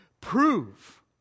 prove